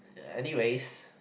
ya anyways